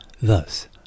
Thus